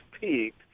peaked